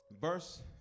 Verse